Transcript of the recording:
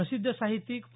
प्रसिद्ध साहित्यिक पु